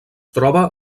troba